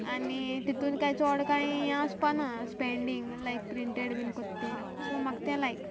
आनी तितून कांय चोड कांय हें आसपाना स्पँडींग लायक प्रिंटेड बीन कोत्तां तें सो म्हाका तें लायक